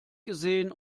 gesehen